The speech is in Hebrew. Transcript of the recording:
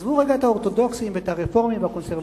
עזבו רגע את האורתודוקסים ואת הרפורמים והקונסרבטיבים.